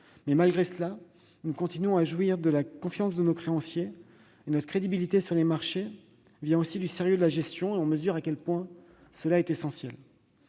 mais, malgré cela, nous continuons à jouir de la confiance de nos créanciers, notre crédibilité sur les marchés venant aussi du sérieux de notre gestion. On mesure à quel point cela est essentiel.